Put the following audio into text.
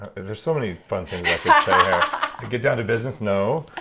there's so many fun um get down to business? no.